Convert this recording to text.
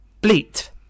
Bleat